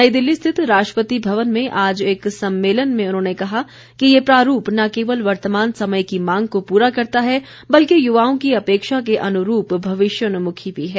नई दिल्ली स्थित राष्ट्रपति भवन में आज एक सम्मेलन में उन्होंने कहा कि ये प्रारूप न केवल वर्तमान समय की मांग को पूरा करता है बल्कि युवाओं की अपेक्षा के अनुरूप भविष्योन्मुखी भी है